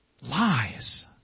lies